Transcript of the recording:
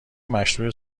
مشروح